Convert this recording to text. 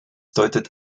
deutet